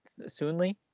soonly